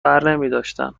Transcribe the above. برنمیداشتن